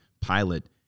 pilot